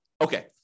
Okay